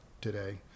today